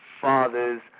fathers